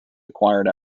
acquired